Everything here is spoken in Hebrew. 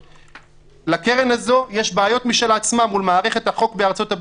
3. לקרן הזו יש בעיות משל עצמה מול מערכת החוק בארצות הברית,